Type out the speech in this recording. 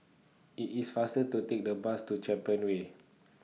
IT IS faster to Take The Bus to Champion Way